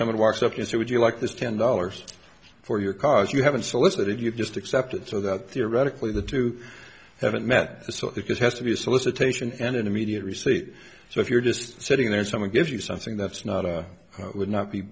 someone walks up to say would you like this ten dollars for your cause you haven't solicited you just accept it so that theoretically the two haven't met so it just has to be a solicitation and an immediate receipt so if you're just sitting there someone gives you something that's not a would not be